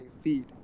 feed